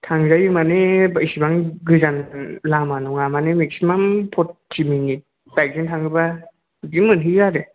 थांजायो माने इसेबां गोजान लामा नङा माने मेक्सिमाम फरटि मिनिटस बाइकजों थाङोबा बिदि मोनहैयो आरो